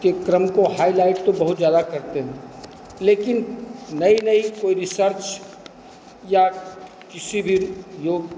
के क्रम को हाईलाइट तो बहुत ज़्यादा करते हैं लेकिन नई नई कोई रिसर्च या किसी भी जो